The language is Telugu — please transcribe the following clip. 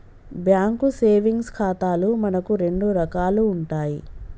బ్యాంకు సేవింగ్స్ ఖాతాలు మనకు రెండు రకాలు ఉంటాయి